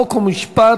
חוק ומשפט